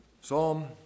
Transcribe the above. Psalm